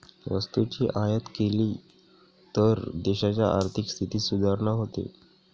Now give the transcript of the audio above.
वस्तूची आयात केली तर देशाच्या आर्थिक स्थितीत सुधारणा होते